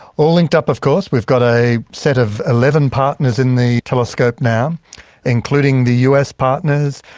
all linked up of course. we've got a set of eleven partners in the telescope now including the us partners,